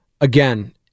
Again